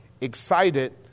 excited